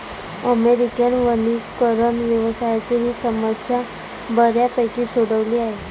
American वनीकरण व्यवसायाने ही समस्या बऱ्यापैकी सोडवली आहे